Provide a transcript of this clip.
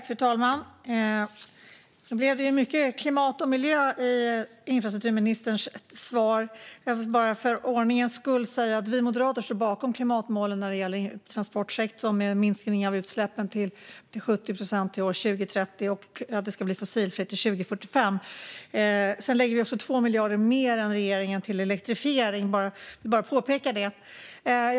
Fru talman! Det blev mycket klimat och miljö i infrastrukturministerns svar. För ordningens skulle vill jag bara säga att vi moderater står bakom klimatmålen när det gäller transportsektorn, med en minskning av utsläppen till 70 procent till år 2030 och att det ska bli fossilfritt till år 2045. Sedan lägger vi också 2 miljarder mer än regeringen till elektrifiering. Jag vill bara påpeka detta. Fru talman!